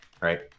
right